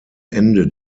ende